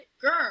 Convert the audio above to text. girl